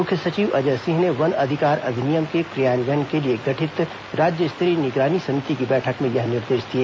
मुख्य सचिव अजय सिंह ने वन अधिकार अधिनियम के क्रियान्वयन के लिए गठित राज्य स्तरीय निगरानी समिति की बैठक में यह निर्देश दिए